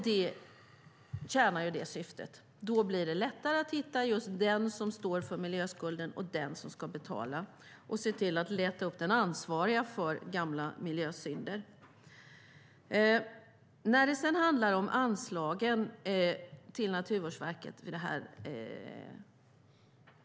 Det tjänar syftet att det blir lättare att hitta den som står för miljöskulden och den som ska betala, det vill säga hitta den som är ansvarig för gamla miljösynder. Sedan var det frågan om anslagen till Naturvårdsverket.